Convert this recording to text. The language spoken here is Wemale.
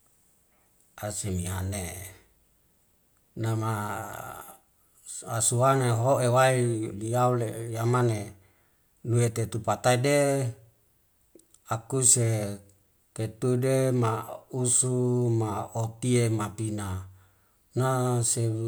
asiniane'e nama asuaneho ewai liaule yamane duwetw tupataide akuse tetide ma usus ma atie mapina na sebu